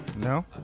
No